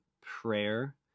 prayer